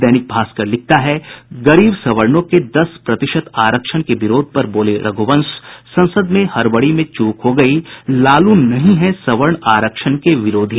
दैनिक भास्कर ने लिखा है गरीब सवर्णों के दस प्रतिशत आरक्षण के विरोध पर बोले रघुवंश संसद में हड़बड़ी में चूक हो गयी लालू नहीं है सवर्ण आरक्षण के विरोधी